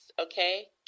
Okay